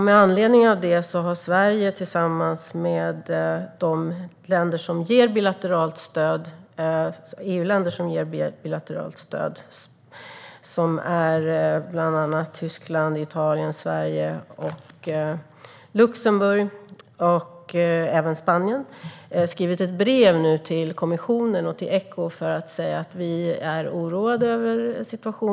Med anledning av detta har Sverige tillsammans med de EU-länder som ger bilateralt stöd - förutom Sverige bland annat Tyskland, Italien, Luxemburg och även Spanien - skrivit ett brev till kommissionen och till Echo för att säga att vi är oroade över situationen.